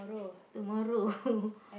tomorrow